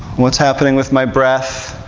what's happening with my breath?